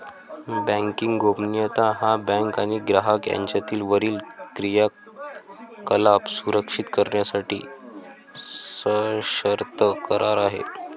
banking गोपनीयता हा bank आणि ग्राहक यांच्यातील वरील क्रियाकलाप सुरक्षित करण्यासाठी सशर्त करार आहे